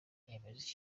yemeza